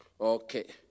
Okay